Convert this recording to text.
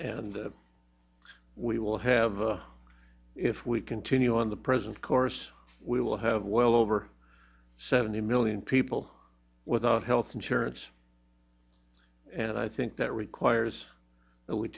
d we will have a if we continue on the present course we will have well over seventy million people without health insurance and i think that requires that we